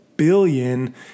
billion